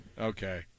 Okay